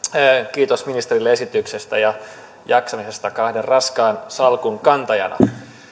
kiitos ministerille esityksestä ja jaksamisesta kahden raskaan salkun kantajana